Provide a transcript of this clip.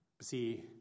See